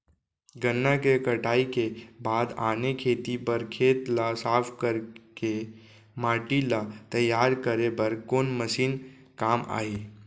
गन्ना के कटाई के बाद आने खेती बर खेत ला साफ कर के माटी ला तैयार करे बर कोन मशीन काम आही?